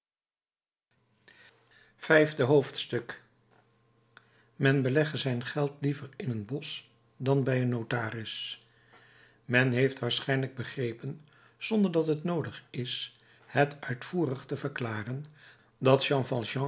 vijfde hoofdstuk men belegge zijn geld liever in een bosch dan bij een notaris men heeft waarschijnlijk begrepen zonder dat het noodig is het uitvoerig te verklaren dat jean